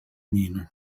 nino